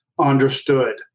understood